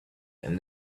and